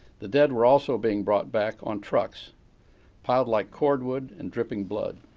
the dead were also being brought back on trucks piled like cord wood and dripping blood.